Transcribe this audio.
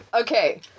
Okay